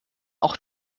auch